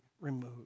removed